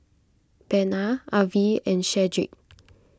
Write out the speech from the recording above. Bena Avie and Shedrick